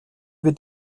wird